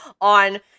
on